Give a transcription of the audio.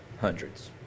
Hundreds